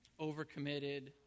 overcommitted